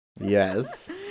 Yes